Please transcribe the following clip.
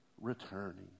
returning